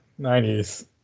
90s